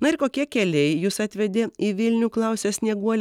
na ir kokie keliai jus atvedė į vilnių klausia snieguolė